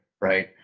right